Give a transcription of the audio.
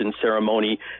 ceremony